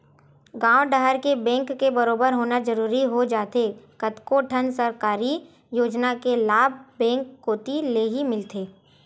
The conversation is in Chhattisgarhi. गॉंव डहर के बेंक के बरोबर होना जरूरी हो जाथे कतको ठन सरकारी योजना के लाभ बेंक कोती लेही मिलथे